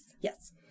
Yes